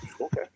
Okay